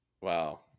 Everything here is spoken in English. Wow